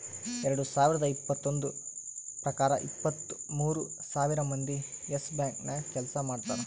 ಎರಡು ಸಾವಿರದ್ ಇಪ್ಪತ್ತೊಂದು ಪ್ರಕಾರ ಇಪ್ಪತ್ತು ಮೂರ್ ಸಾವಿರ್ ಮಂದಿ ಯೆಸ್ ಬ್ಯಾಂಕ್ ನಾಗ್ ಕೆಲ್ಸಾ ಮಾಡ್ತಾರ್